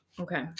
Okay